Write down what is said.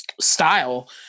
style